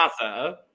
NASA